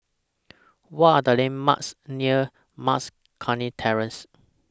What Are The landmarks near Mas Kuning Terrace